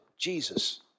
Jesus